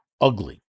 ugly